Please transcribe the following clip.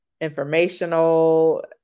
informational